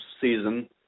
season